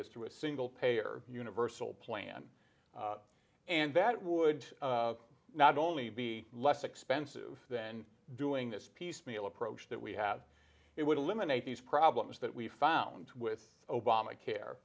is to a single payer universal plan and that would not only be less expensive than doing this piecemeal approach that we have it would eliminate these problems that we found with